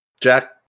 Jack